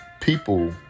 people